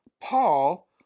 Paul